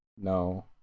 No